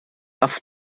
auf